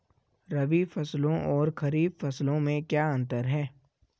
रबी फसलों और खरीफ फसलों में क्या अंतर है?